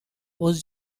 was